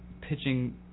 pitching